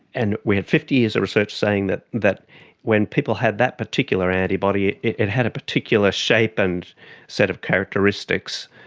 and we had fifty years of research saying that that when people had that particular antibody it it had a particular shape and set of characteristics,